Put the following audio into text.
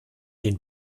den